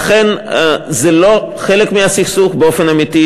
לכן זה לא חלק מהסכסוך באופן אמיתי.